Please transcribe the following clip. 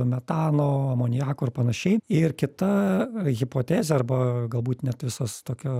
metano amoniako ir panašiai ir kita hipotezė arba galbūt net visas tokio